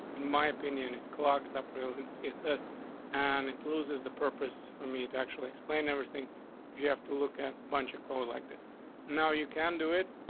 in my opinion, clogs up rails in css on and it loses the purpose for me to actually explain everything. if you have to look at bunch of cold like this now, you can do it.